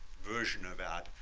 version of that,